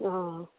हॅं